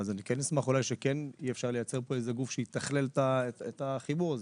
אני כן אשמח שיהיה אפשר לייצר פה גוף שיתכלל את החיבור הזה.